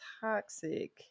toxic